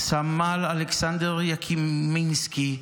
סמל אלכסנדר יקימינסקי,